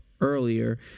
earlier